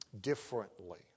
differently